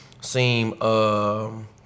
seem